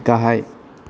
गाहाय